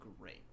great